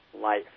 life